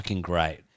great